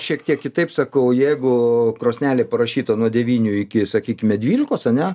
šiek tiek kitaip sakau jeigu krosnelė parašyta nuo devynių iki sakykime dvylikos ane